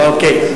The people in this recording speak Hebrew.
אוקיי.